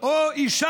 שם או אישה